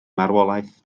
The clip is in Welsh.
marwolaeth